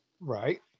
Right